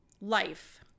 Life